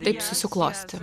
taip susiklostė